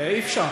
אי-אפשר.